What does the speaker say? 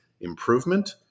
improvement